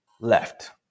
left